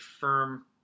firm